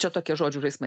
čia tokie žodžių žaismai